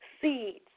seeds